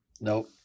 Nope